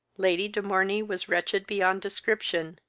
lady de morney was wretched beyond description,